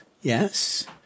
Yes